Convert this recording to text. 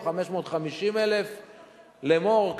או 550,000. לאמור,